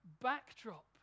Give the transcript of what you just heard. backdrop